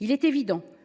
Il est évident